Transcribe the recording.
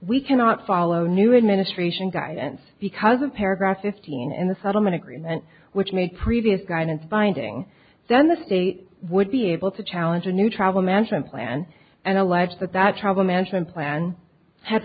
we cannot follow new administration guidance because in paragraph fifteen in the settlement agreement which made previous guidance binding then the state would be able to challenge a new travel management plan and allege that that travel management plan had